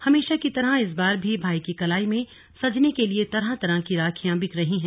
हमेशा की तरह इस बार भी भाई की कलाई में सजने के लिए तरह तरह की राखियां बिक रही हैं